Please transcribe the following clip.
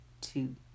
two